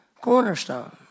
cornerstone